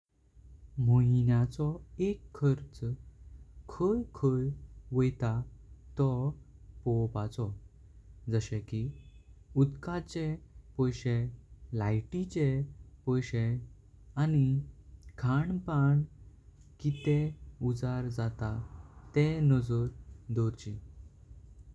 महीनाको एक खर्च काय काय होयता तों पॉपाचो। जसे की, उदकाचे पैशे, लाइटीचे पैशे, आनि खान पानाक कितले उजड जाता। तेह नजर दौर्ची।